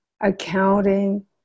accounting